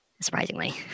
surprisingly